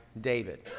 david